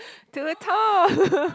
to the